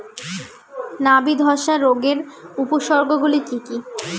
নাবি ধসা রোগের উপসর্গগুলি কি কি?